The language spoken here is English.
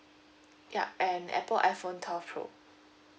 ya and Apple iphone twelve pro